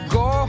go